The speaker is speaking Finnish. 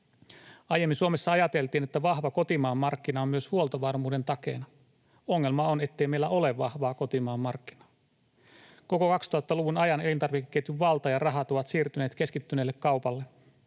Aiemmin Suomessa ajateltiin, että vahva kotimaan markkina on myös huoltovarmuuden takeena. Ongelma on, ettei meillä ole vahvaa kotimaan markkinaa. Koko 2000-luvun ajan elintarvikeketjun valta ja rahat ovat siirtyneet keskittyneelle kaupalle.